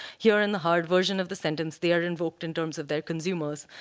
here in the hard version of the sentence they are invoked in terms of their consumers,